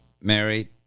married